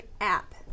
app